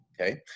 okay